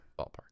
ballpark